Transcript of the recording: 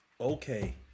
okay